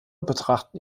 betrachten